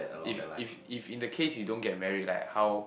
if if if in the case you don't get married like how